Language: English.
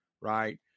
right